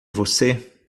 você